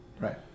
Right